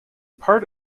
part